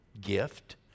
gift